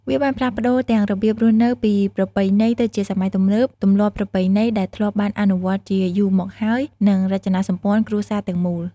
វាបានផ្លាស់ប្ដូរទាំងរបៀបរស់នៅពីប្រពៃណីទៅជាសម័យទំនើប ទម្លាប់ប្រពៃណីដែលធ្លាប់បានអនុវត្តជាយូរមកហើយ និងរចនាសម្ព័ន្ធគ្រួសារទាំងមូល។